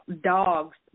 dogs